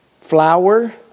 flour